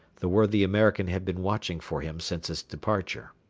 the worthy american had been watching for him since his departure.